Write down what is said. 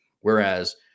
Whereas